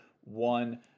One